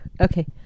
okay